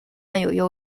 占有